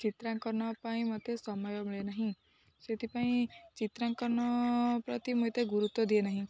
ଚିତ୍ରାଙ୍କନ ପାଇଁ ମତେ ସମୟ ମିଳେନାହିଁ ସେଥିପାଇଁ ଚିତ୍ରାଙ୍କନ ପ୍ରତି ମତେ ଗୁରୁତ୍ୱ ଦିଏ ନାହିଁ